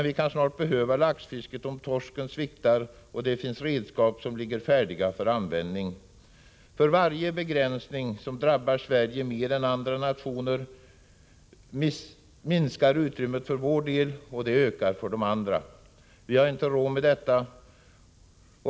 Vi kan snart behöva laxfisket om torskfisket sviktar, och det finns redskap som ligger färdiga för användning. För varje begränsning som drabbar Sverige mer än andra nationer minskar utrymmet för vår del och ökar utrymmet för andra. Vi har inte råd med detta.